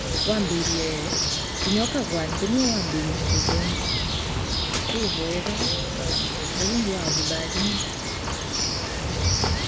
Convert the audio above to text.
Waambiirieo inyookagwa nthi noowaambirie untu bungi buubwanga na mhh Murungu aabutharima.